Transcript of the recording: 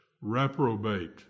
reprobate